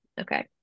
okay